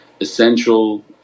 essential